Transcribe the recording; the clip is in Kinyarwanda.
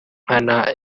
nkana